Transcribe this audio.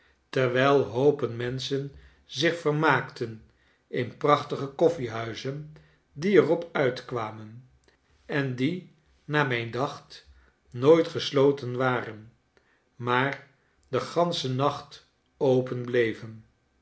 terwijl hoopen menschen zich vermaakten in prachtige koffiehuizen die er op uitkwamen en die naar mij dacht nooit gesloten waren ipaar den ganschen nacht open bleven